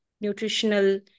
nutritional